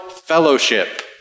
Fellowship